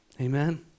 amen